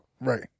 Right